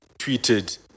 tweeted